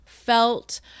felt